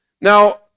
Now